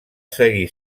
seguir